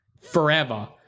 forever